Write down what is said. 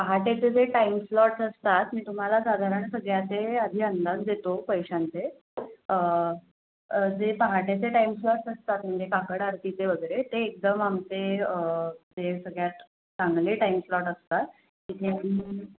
पहाटेचे जे time slots असतात मी तुम्हाला साधारण सगळ्या ते आधी अंदाज देतो पैशांचे जे पहाटेचे टाईम स्लॉट्स असतात म्हणजे काकड आरतीचे वगैरे ते एकदम आमचे जे सगळ्यात चांगले टाईम स्लॉट असतात तिथे आम्ही